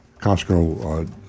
Costco